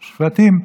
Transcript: שבטים,